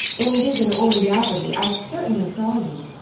in vision or reality, i certainly saw you.